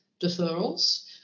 deferrals